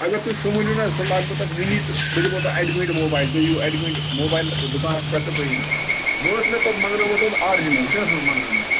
اَگر تُہۍ سُہ ؤنِو نہَ حظ سُہ لاگہٕ بہٕ تتھ وُنی تہٕ بہٕ دِمہو تۄہہِ اَڑِ گنٹہٕ موبایل تُہۍ یِیِو اڑِ گَنٹہٕ موبایل دُکانس پٮ۪ٹھ تہٕ بہٕ دِمہٕ وۄنۍ اوس مےٚ تتھ منگنومُت تتھ آرجِنل کیٛاہ اوسمس منگنٲومٕژ